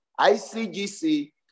ICGC